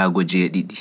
awaaji duddi